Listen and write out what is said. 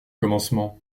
commencement